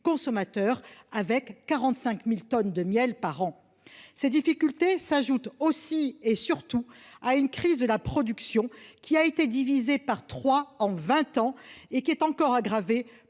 consommant 45 000 tonnes de miel par an. Ces difficultés s’ajoutent à une crise de la production, qui a été divisée par trois en vingt ans et qui est encore aggravée